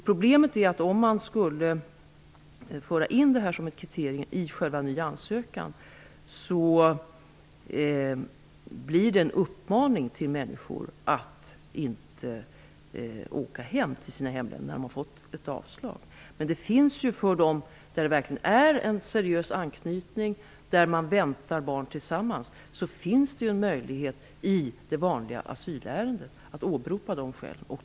Problemet är att om detta skulle föras in som ett kriterium för en ny ansökan blir det en uppmaning till människor att inte åka tillbaka till sina hemländer när de har fått ett avslag. Men för dem som verkligen har en seriös anknytning, som väntar barn tillsammans, finns det en möjlighet att åberopa det skälet i det vanliga asylärendet.